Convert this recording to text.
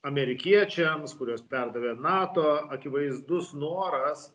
amerikiečiams kuriuos perdavė nato akivaizdus noras